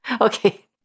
Okay